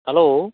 hello